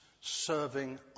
serving